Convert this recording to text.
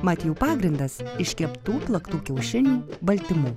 mat jų pagrindas iškeptų plaktų kiaušinių baltymų